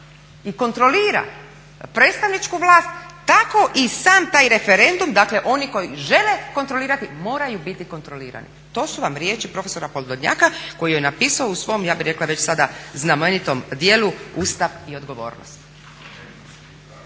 i kontrolira predstavničku vlast tako i sam taj referendum dakle oni koji žele kontrolirati moraju biti kontrolirani. To su vam riječi profesora Podolnjaka koje je napisao u svom ja bih rekla već sada znamenitom djelu "Ustav i odgovornost".